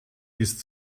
ist